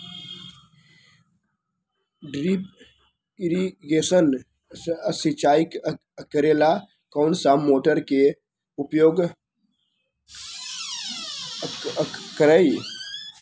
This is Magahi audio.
ड्रिप इरीगेशन सिंचाई करेला कौन सा मोटर के उपयोग करियई?